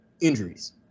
injuries